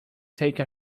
take